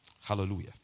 Hallelujah